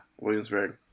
williamsburg